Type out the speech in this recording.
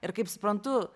ir kaip suprantu